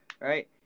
right